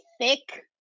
thick